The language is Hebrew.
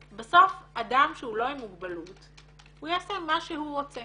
בסוף אדם שהוא לא עם מוגבלות הוא יעשה מה שהוא רוצה